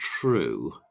true